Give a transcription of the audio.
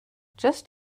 just